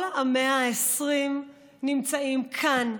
כל ה-120, נמצאים כאן,